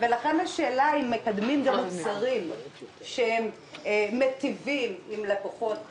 לכן השאלה אם מקדמים גם מוצרים שמיטיבים עם לקוחות